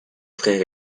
frère